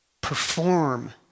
perform